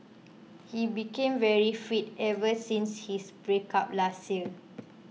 he became very fit ever since his breakup last year